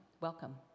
welcome